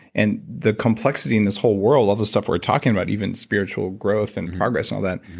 and the complexity in this whole world, all the stuff we're talking about, even spiritual growth and progress and all that,